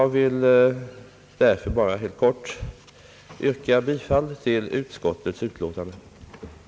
velse till Kungl. Maj:t begära igångsättande av en upplysningskampanj riktad till arbetsgivare och fackföreningsledare samt till de frivilliga föreningarna om de straffades problem.